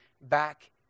back